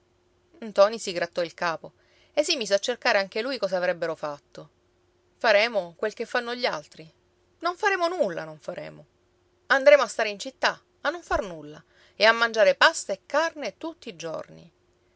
ntoni si grattò il capo e si mise a cercare anche lui cosa avrebbero fatto faremo quel che fanno gli altri non faremo nulla non faremo andremo a stare in città a non far nulla e a mangiare pasta e carne tutti i giorni